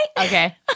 Okay